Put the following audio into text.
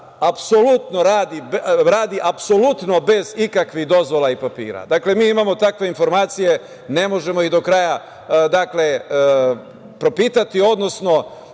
apsolutno bez ikakvih dozvola i papira. Dakle, mi imamo takve informacije. Ne možemo ih do kraja propitati, odnosno